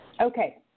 Okay